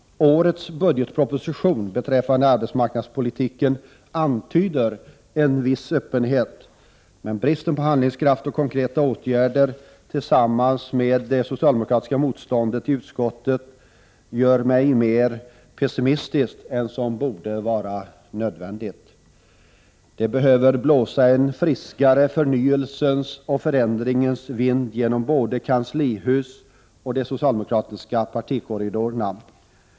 Årets budgetproposition beträffande arbetsmarknadspolitiken antyder en viss öppenhet. Men bristen på handlingskraft och konkreta åtgärder tillsammans med det socialdemokratiska motståndet i utskottet gör mig mer pessimistisk än vad som borde vara nödvändigt. Det behöver blåsa en friskare förnyelsens och förändringens vind genom både kanslihuset och de socialdemokratiska partikorridorerna.